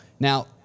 Now